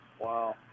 Wow